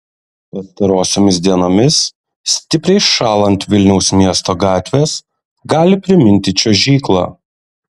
pastarosiomis dienomis stipriai šąlant vilniaus miesto gatvės gali priminti čiuožyklą